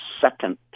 second